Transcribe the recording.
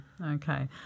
Okay